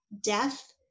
death